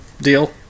deal